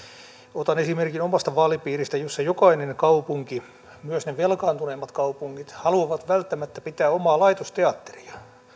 otan esimerkin omasta vaalipiiristäni jossa jokainen kaupunki myös ne velkaantuneimmat kaupungit haluaa välttämättä pitää omaa laitosteatteria